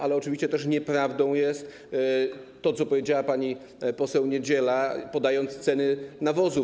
Ale oczywiście też nieprawdą jest to, co powiedziała pani poseł Niedziela, podając ceny nawozów.